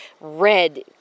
red